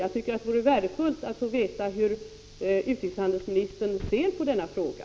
Jag tycker att det vore värdefullt att få veta hur utrikeshandelsministern ser på denna fråga.